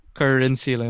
currency